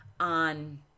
on